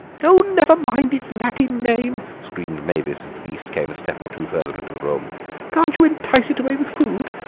oh, never mind its latin name, screamed mavis, as the beast came a step or two further into the room can't you entice it away with food,